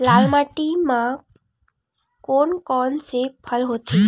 लाल माटी म कोन कौन से फसल होथे?